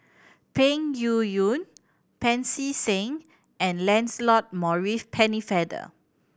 Peng Yuyun Pancy Seng and Lancelot Maurice Pennefather